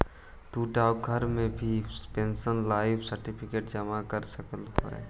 तु डाकघर में भी पेंशनर लाइफ सर्टिफिकेट जमा करा सकऽ हे